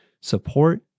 Support